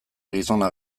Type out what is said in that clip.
gizona